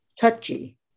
touchy